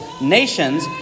nations